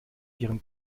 ihren